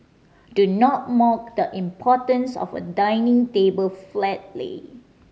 do not mock the importance of a dinner table flat lay